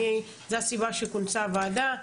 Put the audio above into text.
זאת הסיבה שבגללה כונסה הוועדה,